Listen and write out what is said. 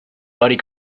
buddy